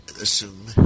assume